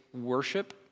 worship